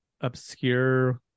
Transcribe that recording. obscure